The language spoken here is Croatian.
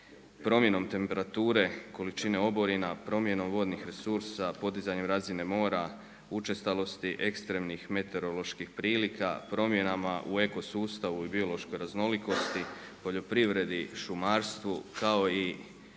Promjenom temperature, količine oborine, promjenom vodnih resursa, podizanjem razine mora, učestalosti ekstremnih meteoroloških prilika, promjenama u eko sustavu i biološkoj raznolikosti, poljoprivredi, šumarstvu kao i